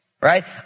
Right